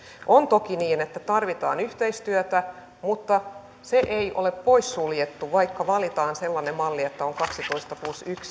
on toki niin että tarvitaan yhteistyötä mutta se ei ole poissuljettua vaikka valitaan sellainen malli että on kaksitoista plus ensimmäisen minun